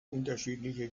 unterschiedliche